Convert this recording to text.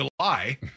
july